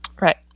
Right